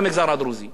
אנחנו כמעט לא קיימים.